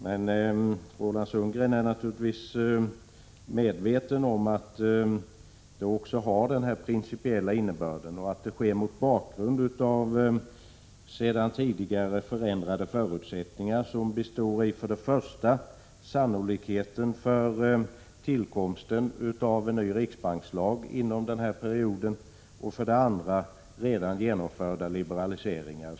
Men Roland Sundgren är naturligtvis medveten om att uttalandet också har en principiell innebörd och att jag gjorde det mot bakgrund av sedan tidigare ändrade förutsättningar som består i för det första det sannolika i tillkomsten av en ny riksbankslag i fråga om innevarande period och för det andra medvetenheten om redan genomförda liberaliseringar.